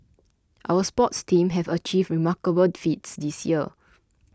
our sports teams have achieved remarkable feats this year